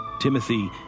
Timothy